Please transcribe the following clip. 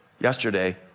yesterday